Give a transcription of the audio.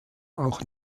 auch